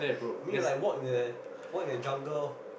I mean like walk in the walk in the jungle orh